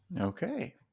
okay